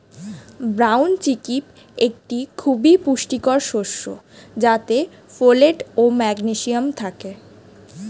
brown chickpea একটি খুবই পুষ্টিকর শস্য যাতে ফোলেট ও ম্যাগনেসিয়াম থাকে